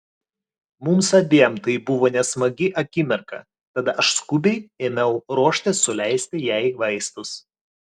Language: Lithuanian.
mums abiem tai buvo nesmagi akimirka tad aš skubiai ėmiau ruoštis suleisti jai vaistus